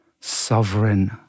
sovereign